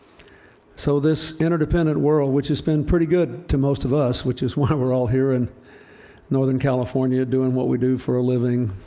so this interdependent world which has been pretty good to most of us which is why we're all here in northern california doing what we do for a living,